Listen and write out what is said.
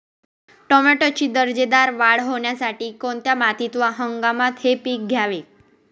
टोमॅटोची दर्जेदार वाढ होण्यासाठी कोणत्या मातीत व हंगामात हे पीक घ्यावे?